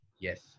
Yes